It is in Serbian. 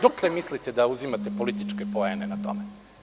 Dokle mislite da uzimate političke poene na tome?